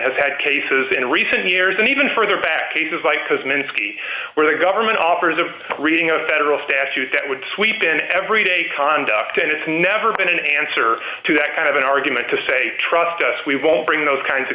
has had cases in recent years and even further back cases like us minsky where the government offers of reading a federal statute that would sweep in every day conduct and it's never been an answer to that kind of an argument to say trust us we won't bring those kinds of